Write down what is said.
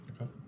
Okay